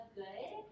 good